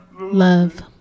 Love